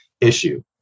issue